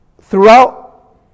Throughout